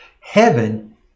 Heaven